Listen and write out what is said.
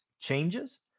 changes